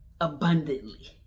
abundantly